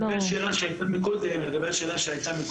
לגבי השאלה שעלתה קודם בנוגע לנפטרים,